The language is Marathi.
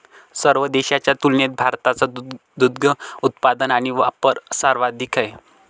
सर्व देशांच्या तुलनेत भारताचा दुग्ध उत्पादन आणि वापर सर्वाधिक आहे